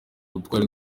butwari